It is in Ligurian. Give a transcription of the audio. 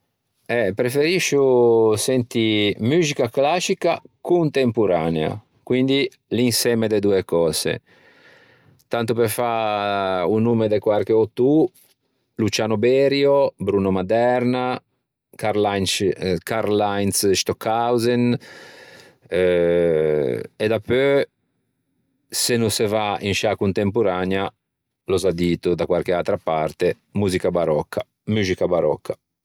Eh preferiscio sentî muxica clascica contemporanea quindi l'insemme de doe cöse. Tanto pe fâ o nomme de quarche autô: Luciano Berio, Bruno Maderna, Karlheinz Stockhausen, eh e dapeu se no se va in sciâ contemporanea, l'ò za dito da quarche atra parte, musica baròcca, muxica baròcca.